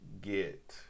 get